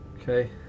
Okay